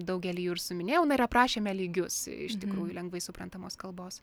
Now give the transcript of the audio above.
daugelį jų ir suminėjau na ir aprašėme lygius iš tikrųjų lengvai suprantamos kalbos